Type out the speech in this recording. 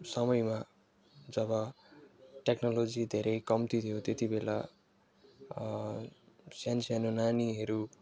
समयमा जब टेक्नोलोजी धेरै कम्ती थियो त्यति बेला सानो सानो नानीहरू